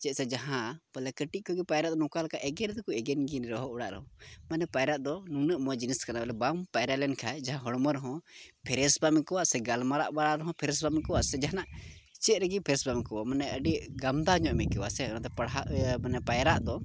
ᱪᱮᱫ ᱥᱮ ᱡᱟᱦᱟᱸ ᱯᱟᱞᱮ ᱠᱟᱹᱴᱤᱡ ᱠᱷᱚᱡ ᱜᱮ ᱯᱟᱭᱨᱟᱜ ᱫᱚ ᱱᱚᱝᱠᱟ ᱞᱮᱠᱟ ᱮᱜᱮᱨ ᱫᱚᱠᱚ ᱮᱜᱮᱨᱮᱧ ᱨᱮ ᱦᱚᱸ ᱚᱲᱟᱜ ᱨᱮ ᱢᱟᱱᱮ ᱯᱟᱭᱨᱟᱜ ᱫᱚ ᱱᱩᱱᱟᱹᱜ ᱢᱚᱡᱽ ᱡᱤᱱᱤᱥ ᱠᱟᱱᱟ ᱵᱚᱞᱮ ᱵᱟᱢ ᱯᱟᱭᱨᱟ ᱞᱮᱱᱠᱷᱟᱡ ᱡᱟᱦᱟᱸ ᱦᱚᱲᱢᱚ ᱨᱮ ᱦᱚᱸ ᱯᱷᱮᱨᱮᱹᱥ ᱵᱟᱢ ᱟᱹᱭᱠᱟᱹᱣᱟ ᱟᱥᱮ ᱜᱟᱞᱢᱟᱨᱟᱜ ᱵᱟᱲᱟ ᱨᱮ ᱦᱚᱸ ᱯᱷᱮᱨᱹᱥ ᱵᱟᱢ ᱟᱹᱭᱠᱟᱹᱣ ᱥᱮ ᱡᱟᱦᱟᱱᱟᱜ ᱪᱮᱫ ᱨᱮᱜᱮ ᱯᱷᱨᱮᱹᱥ ᱵᱟᱢ ᱟᱹᱭᱠᱟᱹᱣᱟ ᱢᱟᱱᱮ ᱟᱹᱰᱤ ᱜᱟᱢᱫᱟ ᱧᱚᱜ ᱮᱢ ᱟᱹᱭᱠᱟᱹᱣᱟ ᱟᱥᱮ ᱯᱟᱲᱦᱟᱜ ᱤᱭᱟᱹ ᱢᱟᱱᱮ ᱯᱟᱭᱨᱟᱜ ᱫᱚ